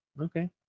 okay